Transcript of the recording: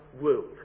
world